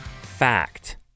Fact